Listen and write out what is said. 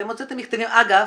אתם הוצאתם מכתבים אגב,